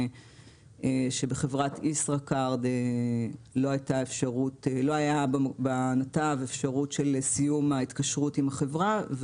שבחברת ישראכרט לא הייתה בנתב אפשרות של סיום ההתקשרות עם החברה,